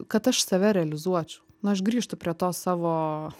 kad aš save realizuočiau na aš grįžtu prie to savo